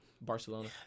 Barcelona